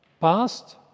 Past